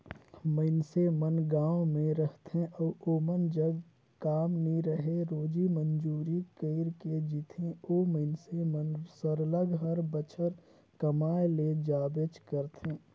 मइनसे मन गाँव में रहथें अउ ओमन जग काम नी रहें रोजी मंजूरी कइर के जीथें ओ मइनसे मन सरलग हर बछर कमाए ले जाबेच करथे